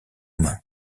mains